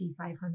500